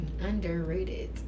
Underrated